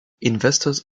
investors